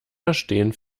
verstehen